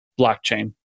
blockchain